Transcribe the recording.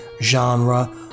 genre